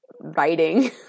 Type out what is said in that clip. writing